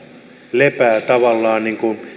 lepää tavallaan